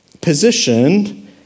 positioned